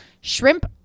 Shrimp